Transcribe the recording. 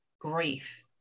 grief